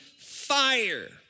fire